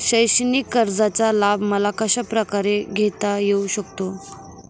शैक्षणिक कर्जाचा लाभ मला कशाप्रकारे घेता येऊ शकतो?